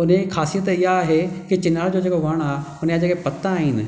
उन जी ख़ासियत इहा आहे कि चेनार जो जेको वणु आहे उनजा जेके पता आहिनि